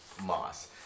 moss